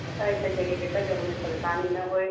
हाँ तो ऐसी ही जगह बैठा जो हमें परेशानी ना होए